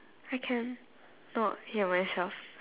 I cannot see myself